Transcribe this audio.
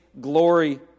glory